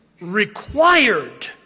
required